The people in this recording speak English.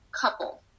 couple